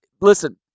listen